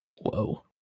Whoa